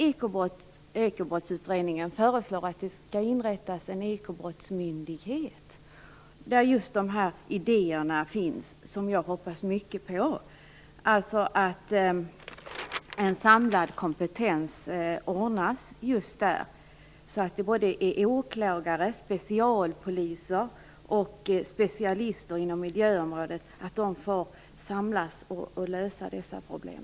Ekobrottsutredningen föreslår att det skall inrättas en ekobrottsmyndighet, som jag hoppas mycket på, där dessa idéer skall finnas. Det skall ordnas en samlad kompetens just där med åklagare, specialpoliser och specialister inom miljöområdet som kan lösa dessa problem.